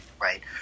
right